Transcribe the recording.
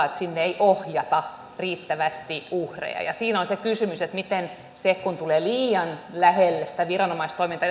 että sinne ei ohjata riittävästi uhreja siinä on se kysymys mitä on aikaisemminkin pohdittu että miten se hoituu kun tullaan liian lähelle sitä viranomaistoimintaa